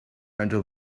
under